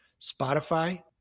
Spotify